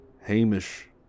Hamish